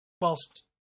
whilst